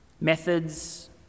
methods